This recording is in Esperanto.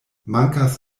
mankas